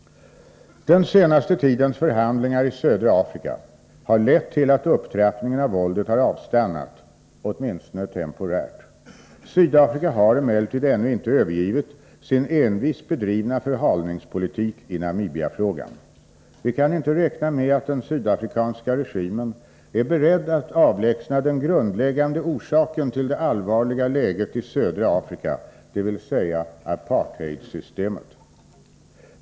Den senaste tidens förhandlingar i södra Afrika har lett till att upptrappningen av våldet har avstannat — åtminstone temporärt. Sydafrika har emellertid ännu inte övergivit sin envist bedrivna förhalningspolitik i Namibiafrågan. Vi kan inte räkna med att den sydafrikanska regimen är beredd att avlägsna den grundläggande orsaken till det allvarliga läget i södra Afrika, dvs. apartheidsystemet.